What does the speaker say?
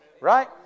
Right